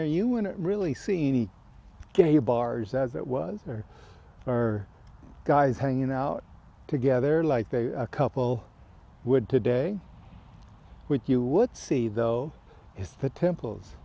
there you weren't really seen any gay bars as it was there are guys hanging out together like a couple would today which you would see though is the temples